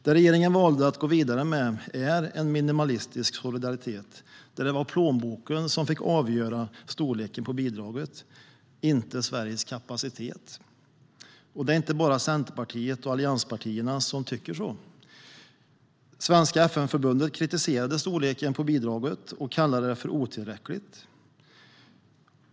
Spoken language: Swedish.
Det regeringen valde att gå vidare med är en minimalistisk solidaritet, där plånboken fick avgöra storleken på bidraget - inte Sveriges kapacitet. Det är inte bara Centerpartiet och allianspartierna som tycker så. Svenska FN-förbundet kritiserade storleken på bidraget och kallade det otillräckligt.